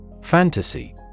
Fantasy